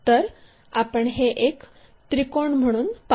तर आपण हे त्रिकोण म्हणून पाहू